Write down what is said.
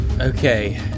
Okay